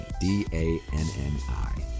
d-a-n-n-i